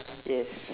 yes